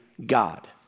God